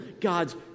God's